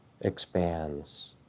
expands